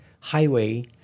highway